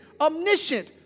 omniscient